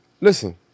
listen